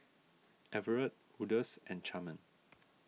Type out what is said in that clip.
Everet Odus and Carmen